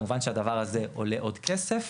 וכמובן שהדבר הזה עולה עוד כסף,